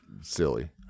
silly